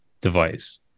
device